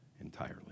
entirely